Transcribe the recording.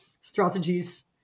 strategies